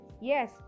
yes